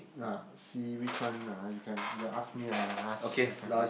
ah see which one uh you can you ask me I I ask I can ask